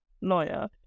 lawyer